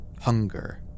hunger